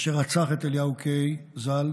אשר רצח את אליהו קיי ז"ל,